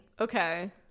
okay